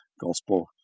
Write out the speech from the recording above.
Gospel